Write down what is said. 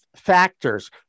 factors